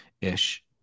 ish